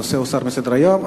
הנושא הוסר מסדר-היום.